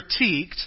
critiqued